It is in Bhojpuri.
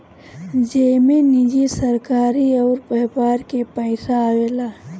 जेमे निजी, सरकारी अउर व्यापार के पइसा आवेला